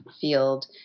field